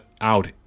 out